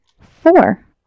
four